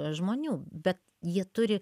žmonių bet jie turi